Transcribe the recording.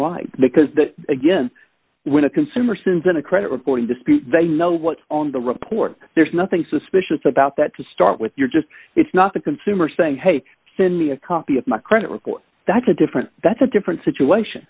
right because that again when a consumer sins in a credit reporting dispute they know what's on the report there's nothing suspicious about that to start with you're just it's not the consumer saying hey send me a copy of my credit report that's a different that's a different situation